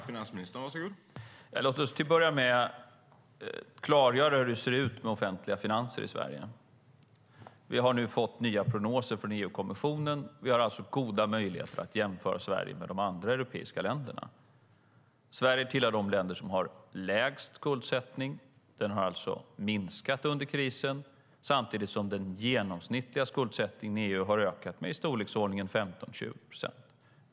Herr talman! Låt oss till att börja med klargöra hur det ser ut med de offentliga finanserna i Sverige. Vi har nu fått nya prognoser från EU-kommissionen. Vi har alltså goda möjligheter att jämföra Sverige med de andra europeiska länderna. Sverige tillhör de länder som har lägst skuldsättning. Den har alltså minskat under krisen, samtidigt som den genomsnittliga skuldsättningen i EU har ökat med i storleksordningen 15-20 procent.